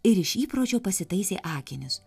ir iš įpročio pasitaisė akinius